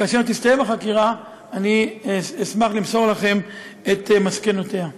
וכאשר תסתיים החקירה אני אשמח למסור לכם את מסקנותיה.